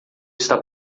está